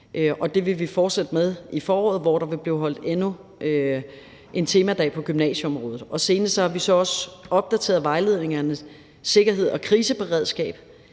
det vil vi fortsætte med i foråret, hvor der vil blive holdt endnu en temadag på gymnasieområdet. Senest har vi så også opdateret vejledningerne i sikkerhed og kriseberedskab